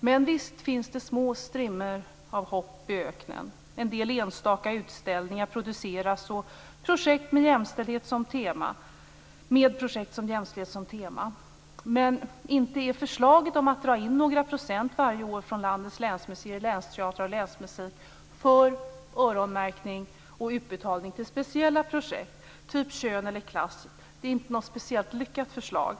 Men visst finns det små strimmor av hopp i öknen. En del enstaka utställningar produceras, och det finns projekt med jämställdhet som tema. Men inte är förslaget om att dra in några procent varje år från landets länsmuseer, länsteatrar och länsmusik för öronmärkning och utbetalning till speciella projekt, typ kön eller klass, något speciellt lyckat förslag?